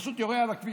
פשוט יורה על הכביש.